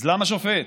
אז למה שופט?